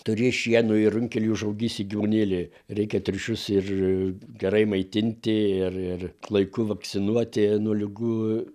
turi šieno ir runkelių užaugysi gyvūnėlį reikia triušius ir gerai maitinti ir laiku vakcinuoti nuo ligų